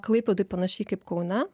klaipėdoj panašiai kaip kaune